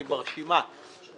אני ברשימה.